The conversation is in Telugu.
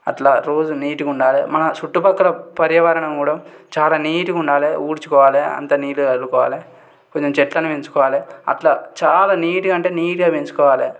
అట్లా రోజు నీటుగా ఉండాలి మన చుట్టు ప్రక్కల పర్యావరణం కూడా చాలా నీటుగా ఉండాలి ఊడ్చుకోవాలి అంత నీటుగా చల్లుకోవాలి కొంచెం చెట్లని పెంచుకోవాలి అట్లా చాలా నీటుగా అంటే నీటుగా పెంచుకోవాలి